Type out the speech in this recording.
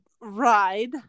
ride